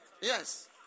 Yes